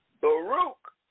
Baruch